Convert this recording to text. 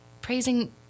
praising